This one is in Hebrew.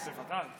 בוודאי.